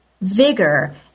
vigor